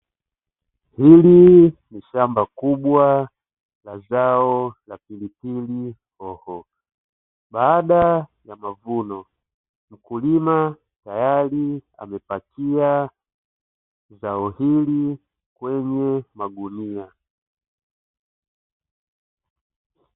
Hili ni shamba kubwa la zao la pilipili hoho, baada ya mavuno mkulima tayari amepakia zao hili kwenye magunia.